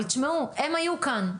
לא, לא, אבל תשמעו: הם היו כאן.